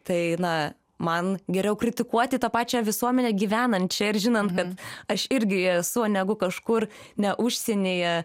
tai na man geriau kritikuoti tą pačią visuomenę gyvenančią ir žinant kad aš irgi joj esu negu kažkur ne užsienyje